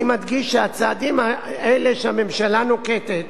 אני מדגיש שהצעדים האלה שהממשלה נוקטת